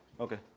Okay